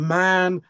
man